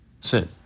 Sit